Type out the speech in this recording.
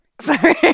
Sorry